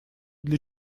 для